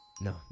no